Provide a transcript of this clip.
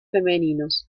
femeninos